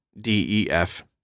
DEF